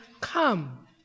come